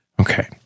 Okay